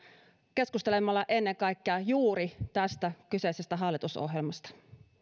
keskustelemalla ennen kaikkea juuri tästä kyseisestä hallitusohjelmasta sain